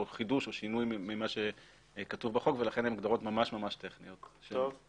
חידוש או שינוי ממה שכתוב בחוק ולכן הן הגדרות ממש ממש טכניות שנדרשות.